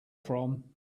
from